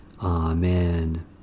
Amen